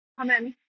Amen